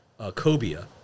cobia